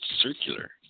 circular